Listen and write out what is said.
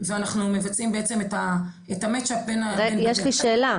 ואנחנו מבצעים בעצם את ה- Matchup- - יש לי שאלה,